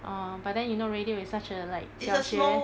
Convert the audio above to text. orh but then you know radio is such a like 小学